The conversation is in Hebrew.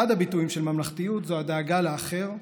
אחד הביטויים של ממלכתיות הוא הדאגה לאחר,